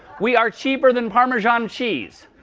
we are cheaper than parmesan cheese.